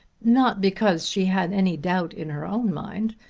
not because she had any doubt in her own mind,